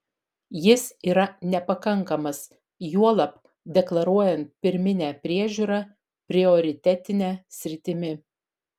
jis yra nepakankamas juolab deklaruojant pirminę priežiūrą prioritetine sritimi